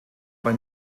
bei